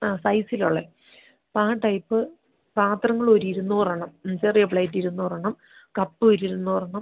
ആ സൈസിലുള്ള ആ ടൈപ്പ് പാത്രങ്ങൾ ഒരു ഇരുന്നൂറെണ്ണം മ് ചെറിയ പ്ലേറ്റിര്ന്നൂറെണ്ണം കപ്പ് ഒരു ഇരുന്നൂറെണ്ണം